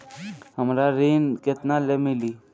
हमरा ऋण केतना ले मिली?